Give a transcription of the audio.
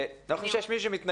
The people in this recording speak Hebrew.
אני לא חושב שיש מי שמתנגד,